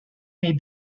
may